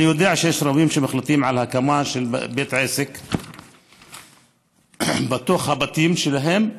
אני יודע שיש רבים שמחליטים על הקמה של בתי עסק בתוך הבתים שלהם,